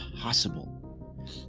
possible